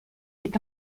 est